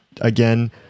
again